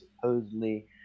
supposedly